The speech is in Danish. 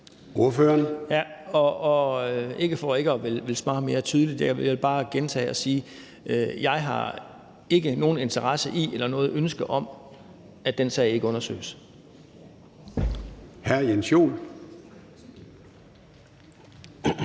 er ikke for ikke at ville svare mere tydeligt, men jeg vil bare gentage: Jeg har ikke nogen interesse i eller noget ønske om, at den sag ikke undersøges. Kl.